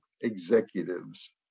executives